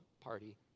party